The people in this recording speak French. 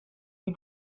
lui